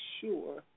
sure